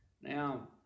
Now